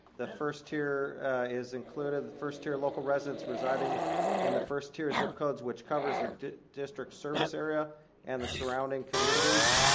the first tier is included. the first tier of local residents residing in the first tier zip codes which covers the district service area and the surrounding communities.